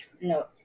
no